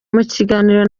mukiganiro